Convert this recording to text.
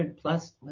plus